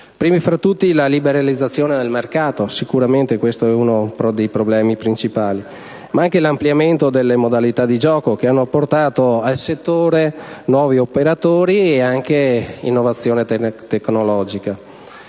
primi fra tutti la liberalizzazione del mercato, che sicuramente è uno dei problemi principali, e l'ampliamento delle modalità di gioco, che ha portato al settore nuovi operatori e anche innovazione tecnologica.